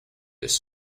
this